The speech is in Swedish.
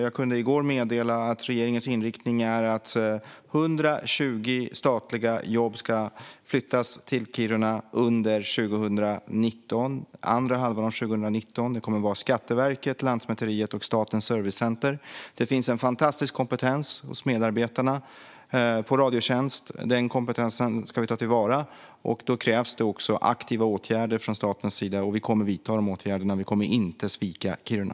Jag kunde i går meddela att regeringens inriktning är att 120 statliga jobb ska flyttas till Kiruna under andra halvan av 2019. Det kommer att handla om Skatteverket, Lantmäteriet och Statens servicecenter. Det finns en fantastisk kompetens hos medarbetarna på Radiotjänst. Den kompetensen ska vi ta till vara. Då krävs det också aktiva åtgärder från statens sida, och vi kommer att vidta de åtgärderna. Vi kommer inte att svika Kiruna.